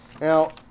now